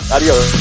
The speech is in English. Adios